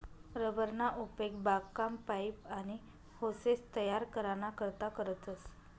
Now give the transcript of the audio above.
rubber ना उपेग बागकाम, पाइप, आनी होसेस तयार कराना करता करतस